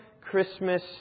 Christmas